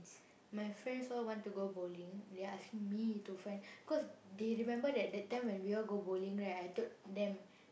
my friends all want to go bowling they asking me to find cause they remember that that time when we all go bowling right I told them